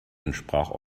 entsprach